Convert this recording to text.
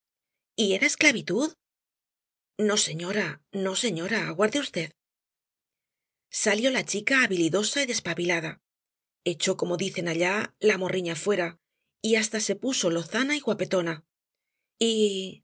era esclavitud no señora no señora aguarde v salió la chica habilidosa y despabilada echó como dicen allá la morriña fuera y hasta se puso lozana y guapetona